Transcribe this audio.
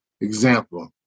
Example